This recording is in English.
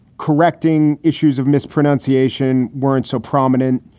correcting issues of mispronunciation weren't so prominent.